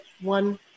one